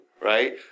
right